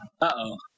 Uh-oh